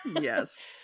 Yes